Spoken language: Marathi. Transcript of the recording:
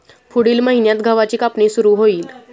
पुढील महिन्यात गव्हाची कापणी सुरू होईल